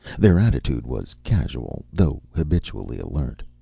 their attitude was casual, though habitually alert.